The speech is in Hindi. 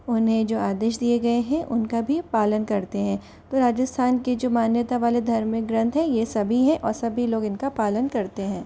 उन्हें जो आदेश दिए गए हैं उन का भी पालन करते हैं तो राजस्थान के जो मान्यता वाले धार्मिक ग्रंथ हैं ये सभी हैं और सभी लोग इनका पालन करते हैं